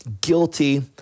guilty